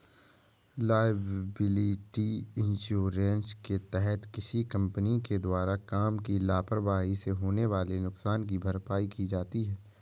liability insurance के तहत किसी कंपनी के द्वारा काम की लापरवाही से होने वाले नुकसान की भरपाई की जाती है